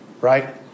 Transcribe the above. right